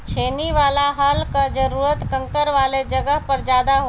छेनी वाला हल कअ जरूरत कंकड़ वाले जगह पर ज्यादा होला